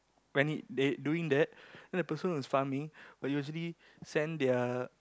when they doing that then the person was farming will usually send their